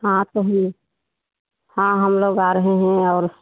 हाँ तो हम हाँ हम लोग आ रहे हैं और